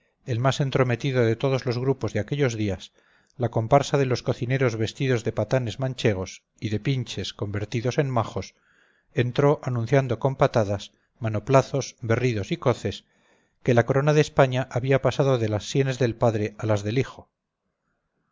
el más entrometido de todos los grupos de aquellos días la comparsa de los cocineros vestidos de patanes manchegos y de pinches convertidos en majos entró anunciando con patadas manoplazos berridos y coces que la corona de españa había pasado de las sienes del padre a las del hijo